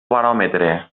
baròmetre